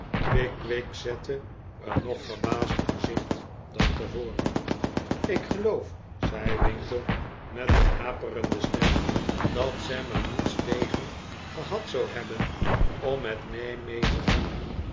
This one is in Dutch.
pickwick zette een nog verbaasder gezicht dan tevoren ik gcloof zei winkle met een haperende stem dat sam er niets tegen gehad zou hebben om met mij mee te gaan